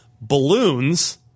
balloons